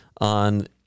on